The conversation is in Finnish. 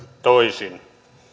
toisin